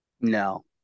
No